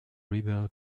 rebel